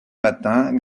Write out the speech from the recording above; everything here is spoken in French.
matin